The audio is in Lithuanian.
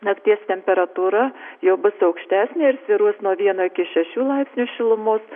nakties temperatūra jau bus aukštesnė svyruos nuo vieno iki šešių laipsnių šilumos